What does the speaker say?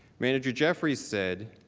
manager jeffrey said,